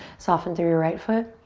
soften through your right foot.